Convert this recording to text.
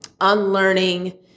unlearning